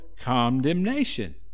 condemnation